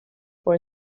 for